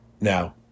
Now